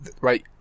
Right